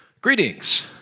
Greetings